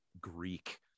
Greek